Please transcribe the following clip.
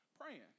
praying